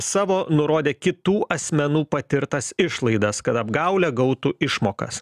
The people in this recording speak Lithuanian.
savo nurodė kitų asmenų patirtas išlaidas kad apgaule gautų išmokas